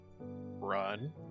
Run